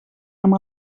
amb